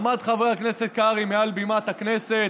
עמד חבר הכנסת קרעי מעל בימת הכנסת